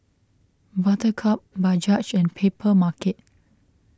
Buttercup Bajaj and Papermarket